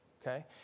okay